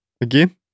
again